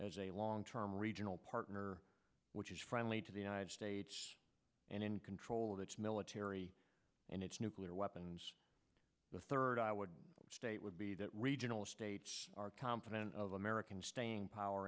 as a long term regional partner which is friendly to the united states and in control of its military and its nuclear weapons the third i would state would be that regional states are confident of american staying power